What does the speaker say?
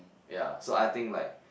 ya so I think like